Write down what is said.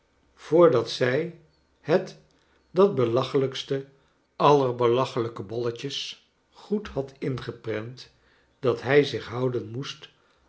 voordat zij het dat belachelijkste alter belachelijke bolletjes good had ingeprent dat hij zich houden moest